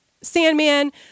Sandman